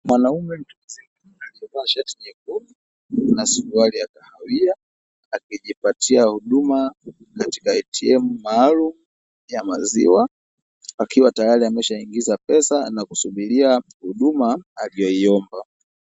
Mwanaume mtu mzima aliyevaa shati jekundu na suruali ya kahawia akijipatia huduma katika "ATM" maalumu ya maziwa akiwa tayari ameshaingiza pesa na kusubiria huduma aliyoiomba.